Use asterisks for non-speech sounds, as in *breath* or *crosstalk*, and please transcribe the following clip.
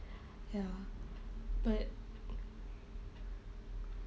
*breath* ya but